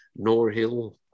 Norhill